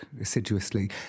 assiduously